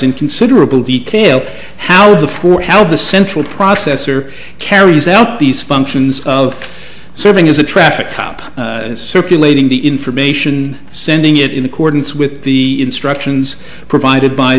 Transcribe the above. in considerable detail how the for how the central processor carries out these functions of serving as a traffic cop circulating the information sending it in accordance with the instructions provided by